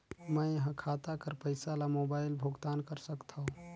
मैं ह खाता कर पईसा ला मोबाइल भुगतान कर सकथव?